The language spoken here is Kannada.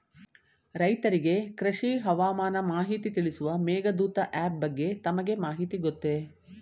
ರೈತರಿಗೆ ಕೃಷಿ ಹವಾಮಾನ ಮಾಹಿತಿ ತಿಳಿಸುವ ಮೇಘದೂತ ಆಪ್ ಬಗ್ಗೆ ತಮಗೆ ಮಾಹಿತಿ ಗೊತ್ತೇ?